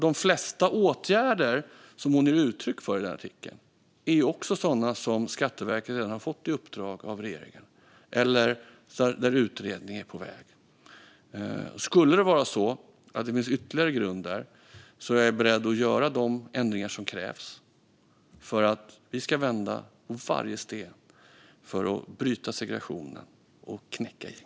De flesta åtgärder som hon ger uttryck för i artikeln är också sådana som Skatteverket redan har fått i uppdrag av regeringen eller där utredning är på väg. Skulle det vara så att det finns ytterligare grunder är jag beredd att göra de ändringar som krävs för att vi ska vända på varje sten för att bryta segregationen och knäcka gängen.